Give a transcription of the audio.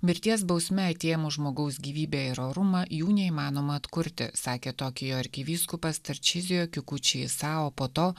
mirties bausme atėmus žmogaus gyvybę ir orumą jų neįmanoma atkurti sakė tokijo arkivyskupas tarčizijo kikučiji sao po to